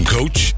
Coach